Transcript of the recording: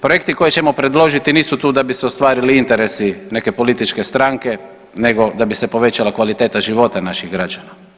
Projekti koje ćemo predložiti nisu tu da bi se ostvarili interesi neke političke stranke nego da bi se povećala kvaliteta života naših građana.